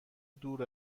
دور